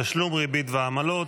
תשלום ריבית ועמלות,